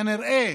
כנראה